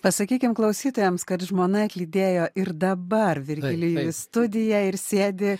pasakykim klausytojams kad žmona atlydėjo ir dabar virgilijų į studiją ir sėdi